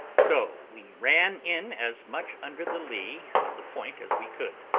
so we ran in as much under the lee of the point as we could,